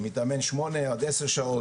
שמתאמן שמונה עד עשר שעות,